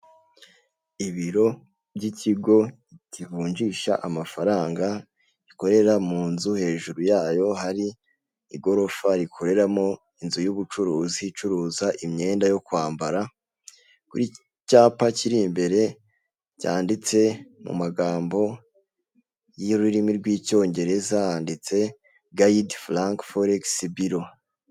Ibiro by'ikigo kivunjisha amafaranga, bikorera mu nzu hejuru yayo hari igorofa rikoreramo inzu y'ubucuruzi icuruza imyenda yo kwambara, kuri iki cyapa kiri imbere cyanditse mu magambo y'ururimi rw'icyongereza yanditse gayidi furanki folix buro.